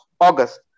August